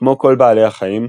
כמו כל בעלי החיים,